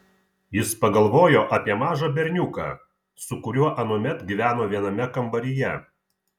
jis pagalvojo apie mažą berniuką su kuriuo anuomet gyveno viename kambaryje